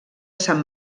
sant